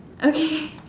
okay